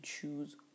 choose